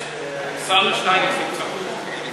השר שטייניץ נמצא פה.